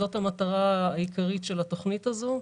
זאת המטרה העיקרית של התכנית הזאת.